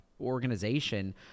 organization